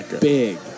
big